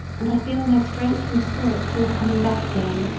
and i feel my strength and spirits all coming back again.